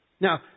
Now